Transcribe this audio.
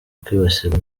kwibasirwa